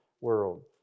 world